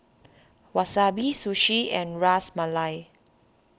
Wasabi Sushi and Ras Malai